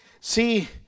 See